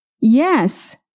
Yes